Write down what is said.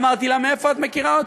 אמרתי לה: מאיפה את מכירה אותי?